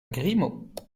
grimaud